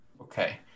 okay